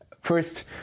first